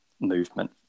movement